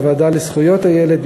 בוועדה לזכויות הילד,